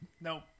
Nope